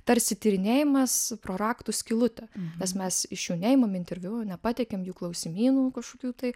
tarsi tyrinėjimas pro rakto skylutę nes mes iš jų neimam interviu ir nepateikiam jų klausimynų kažkokių tai